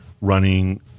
running